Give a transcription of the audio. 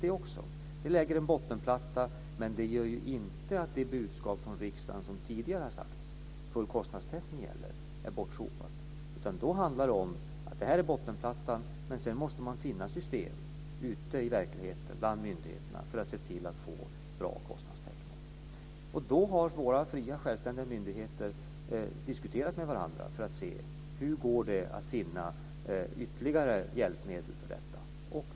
Det är också viktigt. Det lägger en bottenplatta. Det gör dock inte att det budskap från riksdagen som tidigare givits, dvs. att full kostnadstäckning gäller, är bortsopat. Vad det handlar om är att detta är bottenplattan, men sedan måste man finna system ute i verkligheten, bland myndigheterna, för att få en bra kostnadstäckning. Det är då våra fria och självständiga myndigheter har diskuterat med varandra för att se hur man kan finna ytterligare hjälpmedel för detta.